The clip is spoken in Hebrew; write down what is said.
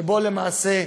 שבו, למעשה,